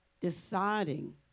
deciding